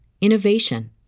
innovation